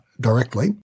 directly